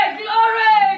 glory